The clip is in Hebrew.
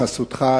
בחסותך,